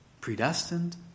predestined